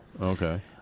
okay